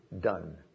done